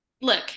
look